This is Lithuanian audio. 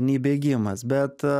nei bėgimas bet